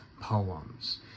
poems